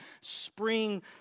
spring